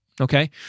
Okay